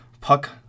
Puck